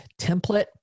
template